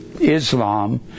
Islam